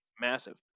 massive